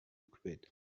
quit